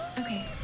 Okay